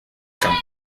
campo